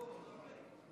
ברשות היו"ר,